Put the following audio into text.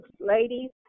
Ladies